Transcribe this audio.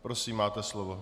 Prosím, máte slovo.